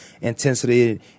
Intensity